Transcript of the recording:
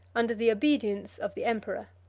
under the obedience of the emperor.